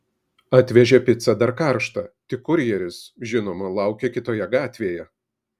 atvežė picą dar karštą tik kurjeris žinoma laukė kitoje gatvėje